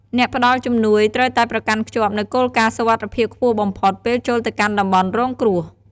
អ្នកផ្តល់ជំនួយត្រូវតែប្រកាន់ខ្ជាប់នូវគោលការណ៍សុវត្ថិភាពខ្ពស់បំផុត ពេលចូលទៅកាន់តំបន់រងគ្រោះ។